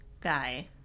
guy